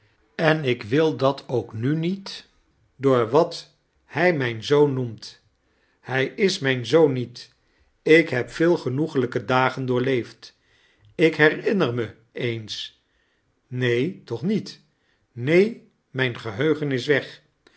en ik wil dat ook nu niet door wat hij mijn zoon noemt hij is mijn zoon niet ik heb veel genoegelijke dagen doorleef d ik lierinner me eens neen toch niet neen mijn geheugen is weg